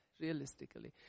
realistically